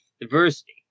diversity